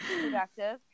productive